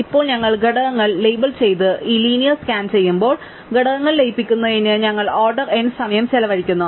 ഇപ്പോൾ ഞങ്ങൾ ഘടകങ്ങൾ ലേബൽ ചെയ്ത് ഈ ലീനിയർ സ്കാൻ ചെയ്യുമ്പോൾ ഘടകങ്ങൾ ലയിപ്പിക്കുന്നതിന് ഞങ്ങൾ ഓർഡർ n സമയം ചെലവഴിക്കുന്നു